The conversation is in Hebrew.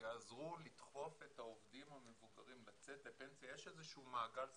יעזרו לדחוף את העובדים המבוגרים לצאת לפנסיה יש איזה שהוא מעגל סגור,